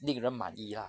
令人满意 ah